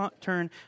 turn